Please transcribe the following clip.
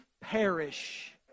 perish